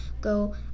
go